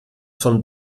von